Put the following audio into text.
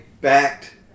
backed